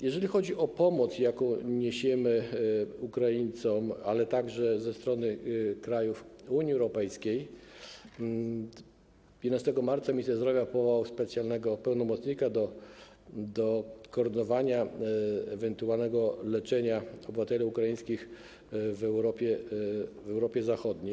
Jeżeli chodzi o pomoc, jaką niesiemy Ukraińcom, ale także ze strony krajów Unii Europejskiej, to 15 marca minister zdrowia powołał specjalnego pełnomocnika do koordynowania ewentualnego leczenia obywateli ukraińskich w Europie Zachodniej.